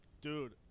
Dude